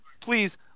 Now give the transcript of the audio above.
please